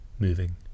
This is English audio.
Moving